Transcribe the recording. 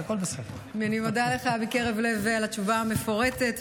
אני מודה לך מקרב לב על התשובה המפורטת,